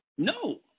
No